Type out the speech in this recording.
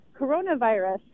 coronavirus